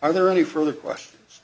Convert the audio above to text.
are there any further questions